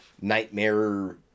nightmare